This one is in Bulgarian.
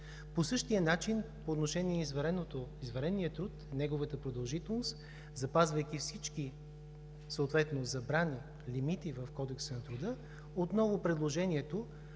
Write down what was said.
По същия начин е по отношение на извънредния труд. Неговата продължителност – съответно запазвайки всички забрани и лимити в Кодекса на труда, отново предложението